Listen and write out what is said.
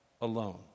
alone